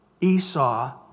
Esau